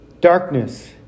darkness